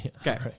Okay